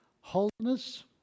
Holiness